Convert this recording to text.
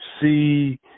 see